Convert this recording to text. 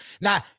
Now